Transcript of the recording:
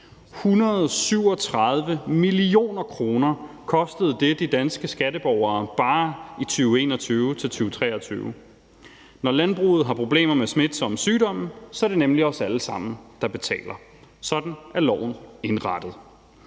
137 mio. kr. kostede det de danske skatteborgere bare i 2021-2023. Når landbruget har problemer med smitsomme sygdomme, så er det nemlig os alle sammen, der betaler. Sådan er loven indrettet.